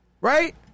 right